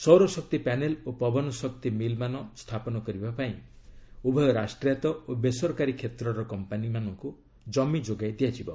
ସୌରଶକ୍ତି ପ୍ୟାନେଲ ଓ ପବନ ଶକ୍ତି ମିଲ୍ମାନ ସ୍ଥାପନ କରିବାକୁ ଉଭୟ ରାଷ୍ଟ୍ରାୟତ୍ତ ଓ ବେସରକାରୀ କ୍ଷେତ୍ରର କମ୍ପାନୀମାନଙ୍କୁ ଜମି ଯୋଗାଇ ଦିଆଯିବ